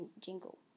jingle